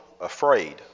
afraid